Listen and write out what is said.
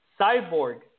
Cyborg